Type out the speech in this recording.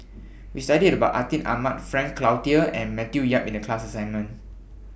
We studied about Atin Amat Frank Cloutier and Matthew Yap in The class assignment